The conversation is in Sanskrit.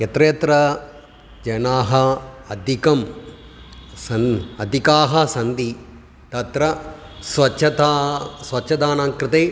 यत्र यत्र जनाः अधिकं सन् अधिकाः सन्ति तत्र स्वच्छता स्वच्छतायाः कृते